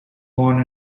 born